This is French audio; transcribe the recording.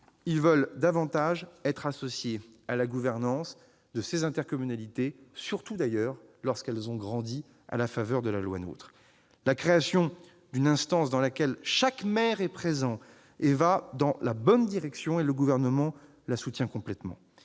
ils veulent être davantage associés à la gouvernance des intercommunalités, en particulier lorsqu'elles ont grandi à la faveur de la loi NOTRe. La création d'une instance dans laquelle chaque maire est présent va dans la bonne direction ; le Gouvernement la soutient complètement.